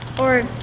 or.